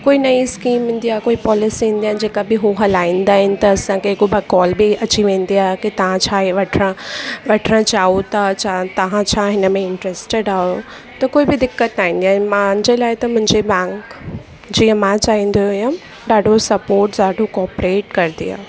कोई नईं स्कीम ईंदी आहे कोई पोलिसी ईंदी आहे जेका बि हू हलाईंदा आहिनि त असांखे हिकु ॿ कॉल बि अची वेंदी आहे कि तव्हां छा इहे वठिणा वठणु चाहियो था छा तव्हां छा हुन में इंटरस्टेड आहियो त कोई बि दिक़त न ईंदी आहे मांजे लाइ त मुंहिंजे बैंक जीअं मां चाहींदी हुअमि ॾाढो सपॉट ॾाढो कोपरेट कंदी आहे